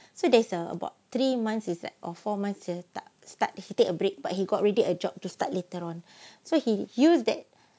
so there's uh about three months is like or four months ya tak start he take a break but he got ready a job to start later on so he used that